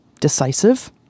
decisive